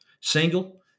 Single